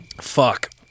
Fuck